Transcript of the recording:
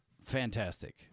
fantastic